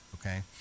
okay